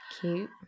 Cute